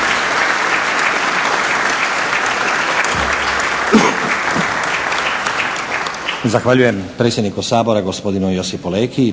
Zahvaljujem predsjedniku Sabora gospodinu Josipu Leki.